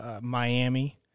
Miami